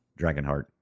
Dragonheart